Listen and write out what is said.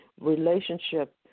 relationship